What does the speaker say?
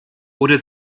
oder